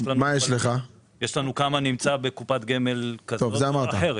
יש לנו נתונים כמה נמצאים בקופת גמל כזו או אחרת.